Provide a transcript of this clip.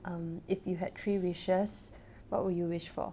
um if you had three wishes what would you wish for